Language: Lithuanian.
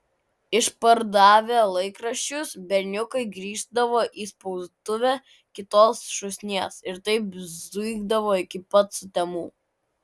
išpardavę laikraščius berniukai grįždavo į spaustuvę kitos šūsnies ir taip zuidavo iki pat sutemų